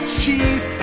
cheese